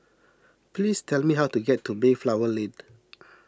please tell me how to get to Mayflower Lane